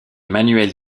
manuels